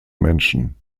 menschen